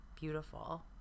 beautiful